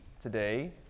today